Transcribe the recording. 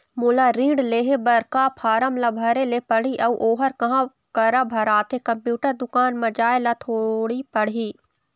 मोला ऋण लेहे बर का फार्म ला भरे ले पड़ही अऊ ओहर कहा करा भराथे, कंप्यूटर दुकान मा जाए ला थोड़ी पड़ही?